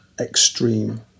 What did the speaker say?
extreme